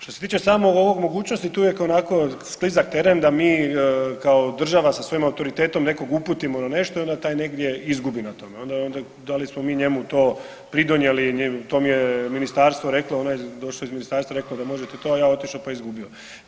Što se tiče same ove mogućnosti tu je onako sklizak teren da mi kao država sa svojim autoritetom nekog uputimo na nešto i onda taj negdje izgubi na tome, onda da li smo mi njemu pridonijeli to mik je ministarstvo reklo ono je došlo iz ministarstva i rekli da možete to, a ja otišao i izgubio.